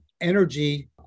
energy